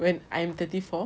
when I'm thirty four